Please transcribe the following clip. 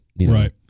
right